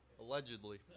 Allegedly